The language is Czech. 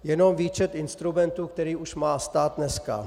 Jenom výčet instrumentů, které už má stát dneska.